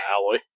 alloy